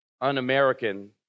un-American